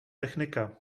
technika